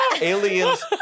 aliens